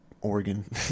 organ